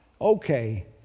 Okay